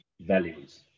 values